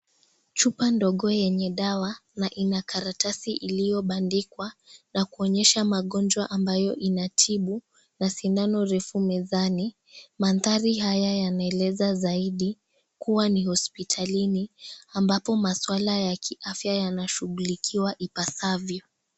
Chupa ndogo yenye dawa na ina karatasi iliyobandikwa la kuonyesha magonjwa ambayo inatibu, na sindano refu mezani mandhari haya yanaeleza zaidi kuwa ni hospitalini, ambapo maswala ya kiafya yanashughulikiwa ipasavyo.